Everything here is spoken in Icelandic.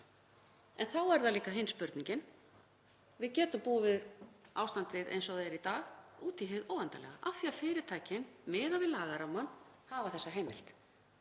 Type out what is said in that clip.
En þá eru það líka hin spurningin. Við getum búið við ástandið eins og það er í dag út í hið óendanlega af því að fyrirtækin, miðað við lagarammann, hafa þessa heimild.